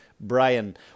Brian